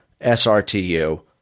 srtu